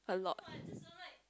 a lot